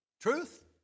truth